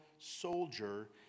soldier